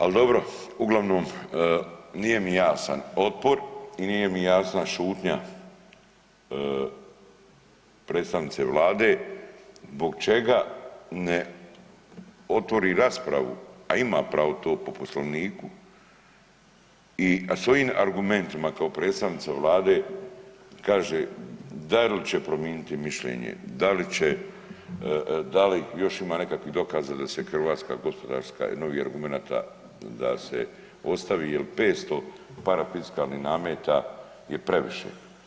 Ali dobro, uglavnom nije mi jasan otpor i nije mi jasna šutnja predstavnice Vlade zbog čega ne otvori raspravu, a ima pravo to po Poslovniku i s ovim argumentima kao predstavnica Vlade kaže da li će prominiti mišljenje, da li će, da li još ima nekakvih dokaza da se hrvatska gospodarska i novih argumenata da se ostavi jer 500 parafiskalnih nameta je previše.